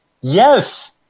yes